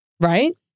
Right